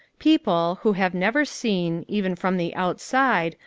people, who have never seen, even from the outside,